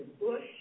Bush